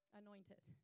anointed